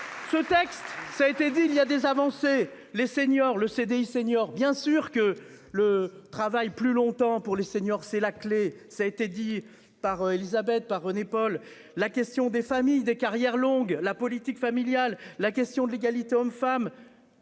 Ce texte, ça a été dit il y a des avancées. Les seniors le CDI seniors bien sûr que le travail plus longtemps pour les seniors. C'est la clé. Ça a été dit par Élisabeth par René-Paul la question des familles des carrières longues, la politique familiale. La question de l'égalité. Femme.